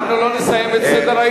אנחנו לא נסיים את סדר-היום.